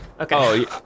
Okay